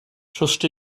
trust